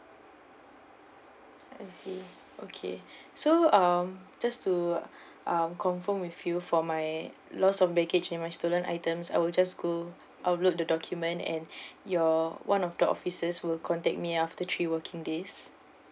I see okay so uh just to uh confirm with you for my loss of baggage and my stolen items I would just go upload the document and your one of the officers will contact me after three working days